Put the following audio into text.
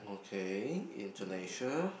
okay Indonesia